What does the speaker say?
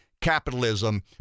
capitalism